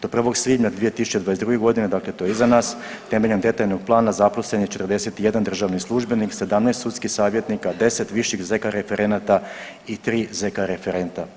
Do 1. svibnja 2022.g. dakle to je iza nas, temeljem detaljnog plana zaposlen je 41 državni službenih, 17 sudskih savjetnika, 10 viških zk referenata i tri zk referenta.